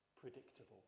predictable